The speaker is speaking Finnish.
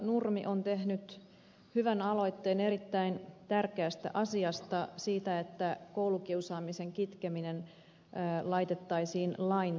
nurmi on tehnyt hyvän aloitteen erittäin tärkeästä asiasta siitä että koulukiusaamisen kitkeminen laitettaisiin lain tasolle